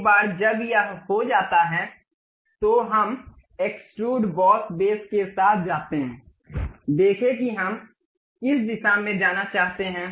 एक बार जब यह हो जाता है तो हम एक्सट्रूड बॉस बेस के साथ जाते हैं देखें कि हम किस दिशा में जाना चाहते हैं